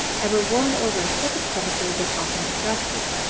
and were worn over a separate stomacher that often contrasted.